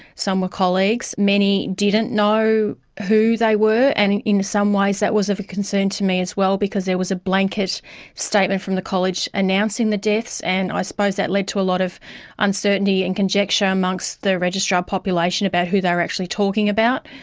some were colleagues, many didn't know who they were, and in some ways that was of a concern to me as well because there was a blanket statement from the college announcing the deaths, and i suppose that led to a lot of uncertainty and conjecture amongst the registrar population about who they were actually talking about,